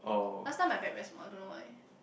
last time my bag very small I don't know why